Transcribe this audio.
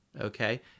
okay